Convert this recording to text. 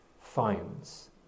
finds